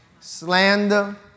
slander